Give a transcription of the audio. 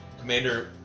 Commander